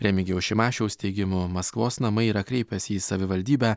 remigijaus šimašiaus teigimu maskvos namai yra kreipęsi į savivaldybę